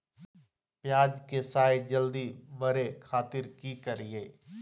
प्याज के साइज जल्दी बड़े खातिर की करियय?